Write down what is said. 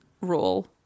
rule